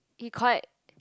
he quite